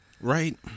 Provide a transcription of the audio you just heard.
Right